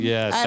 Yes